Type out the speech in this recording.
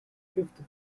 fifth